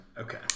Okay